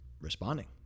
responding